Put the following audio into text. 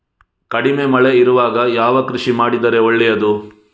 ಕಡಿಮೆ ಮಳೆ ಇರುವಾಗ ಯಾವ ಕೃಷಿ ಮಾಡಿದರೆ ಒಳ್ಳೆಯದು?